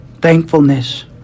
thankfulness